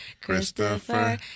Christopher